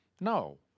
No